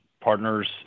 partners